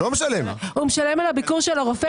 היות שהוראת השעה פקעה,